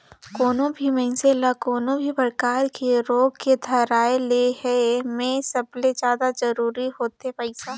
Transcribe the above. कोनो भी मइनसे ल कोनो भी परकार के रोग के धराए ले हे में सबले जादा जरूरी होथे पइसा